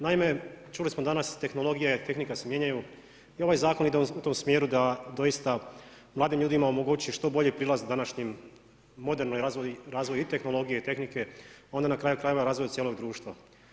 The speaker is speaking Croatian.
Naime, čuli smo danas, tehnologija i tehnika se mijenjaju i ovaj zakon ide u tom smjeru da doista mladim ljudima omogući što bolji prilaz današnjim model razvoj i tehnologije i tehnike, onda na kraju krajeve, razvoj cijelog društva.